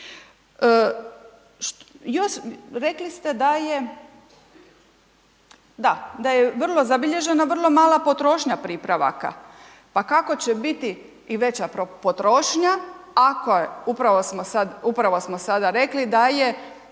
je, da, da je vrlo zabilježena vrlo mala potrošnja pripravaka, pa kako će biti i veća potrošnja ako je, upravo smo sada rekli, da je